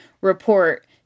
report